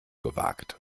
gewagt